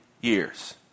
years